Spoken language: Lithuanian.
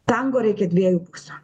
tango reikia dviejų pusių